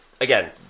again